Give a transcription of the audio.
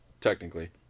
technically